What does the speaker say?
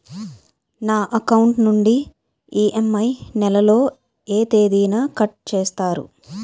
నా అకౌంట్ నుండి ఇ.ఎం.ఐ నెల లో ఏ తేదీన కట్ చేస్తారు?